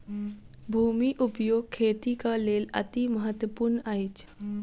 भूमि उपयोग खेतीक लेल अतिमहत्त्वपूर्ण अछि